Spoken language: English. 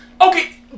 Okay